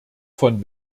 von